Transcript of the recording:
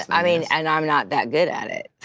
i mean, and i'm not that good at it.